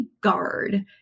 guard